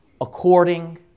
according